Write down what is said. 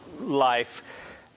life